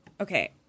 okay